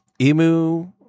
emu